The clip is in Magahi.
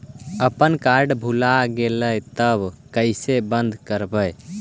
अपन कार्ड भुला गेलय तब कैसे बन्द कराइब?